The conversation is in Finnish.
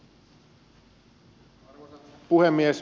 arvoisa puhemies